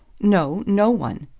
no no one.